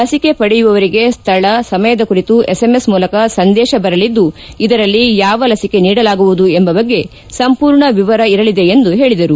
ಲಸಿಕೆ ಪಡೆಯುವವರಿಗೆ ಸ್ಥಳ ಸಮಯದ ಕುರಿತು ಎಸ್ಎಂಎಸ್ ಮೂಲಕ ಸಂದೇಶ ಬರಲಿದ್ದು ಇದರಲ್ಲಿ ಯಾವ ಲಸಿಕೆ ನೀಡಲಾಗುವುದು ಎಂಬ ಬಗ್ಗೆ ಸಂಪೂರ್ಣ ವವರ ಇರಲಿದೆ ಎಂದು ಹೇಳಿದರು